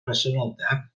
presenoldeb